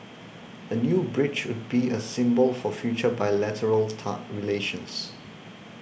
a new bridge would be a symbol for future bilateral ta relations